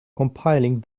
compiling